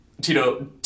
Tito